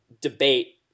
debate